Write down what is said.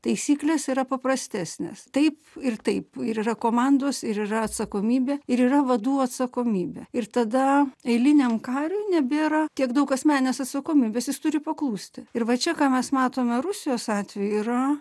taisyklės yra paprastesnės taip ir taip ir yra komandos ir yra atsakomybė ir yra vadų atsakomybė ir tada eiliniam kariui nebėra tiek daug asmeninės atsakomybės jis turi paklusti ir va čia ką mes matome rusijos atveju yra